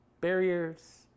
barriers